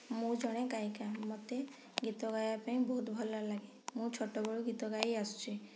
ମୁଁ ଜଣେ ଗାୟିକା ମତେ ଗୀତ ଗାଇବା ପାଇଁ ବହୁତ ଭଲ ଲାଗେ ମୁଁ ଛୋଟ ବେଳୁ ଗୀତ ଗାଈ ଆସୁଛି